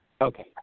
Okay